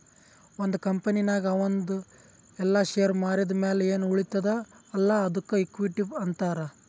ಒಂದ್ ಕಂಪನಿನಾಗ್ ಅವಂದು ಎಲ್ಲಾ ಶೇರ್ ಮಾರಿದ್ ಮ್ಯಾಲ ಎನ್ ಉಳಿತ್ತುದ್ ಅಲ್ಲಾ ಅದ್ದುಕ ಇಕ್ವಿಟಿ ಅಂತಾರ್